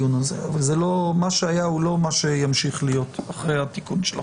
מה שהיה הוא לא מה שימשיך להיות אחרי התיקון של החוק.